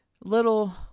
little